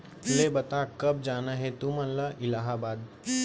ले बता, कब जाना हे तुमन ला इलाहाबाद?